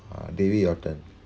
uh Devi your turn